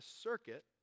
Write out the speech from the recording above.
circuit